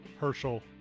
Herschel